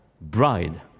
Bride